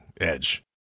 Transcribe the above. Edge